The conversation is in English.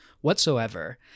whatsoever